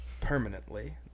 permanently